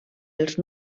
els